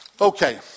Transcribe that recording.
Okay